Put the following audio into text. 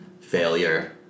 failure